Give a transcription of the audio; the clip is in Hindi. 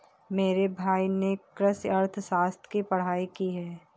मेरे भाई ने कृषि अर्थशास्त्र की पढ़ाई की है